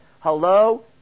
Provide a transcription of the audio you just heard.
hello